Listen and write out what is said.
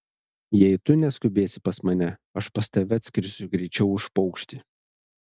jei tu neskubėsi pas mane aš pas tave atskrisiu greičiau už paukštį